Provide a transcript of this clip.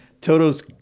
Toto's